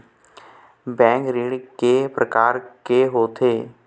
Bank ऋण के प्रकार के होथे?